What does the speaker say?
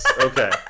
Okay